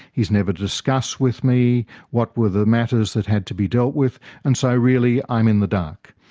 he's never discussed with me what were the matters that had to be dealt with and so really i'm in the dark.